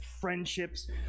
friendships